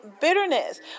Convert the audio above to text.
bitterness